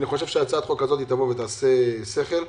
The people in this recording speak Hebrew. הצעת החוק הזאת תעשה שכל.